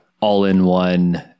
all-in-one